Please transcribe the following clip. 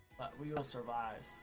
real survived